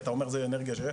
אתה אומר זה אנרגיה שזה,